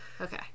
Okay